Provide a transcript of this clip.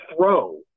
throw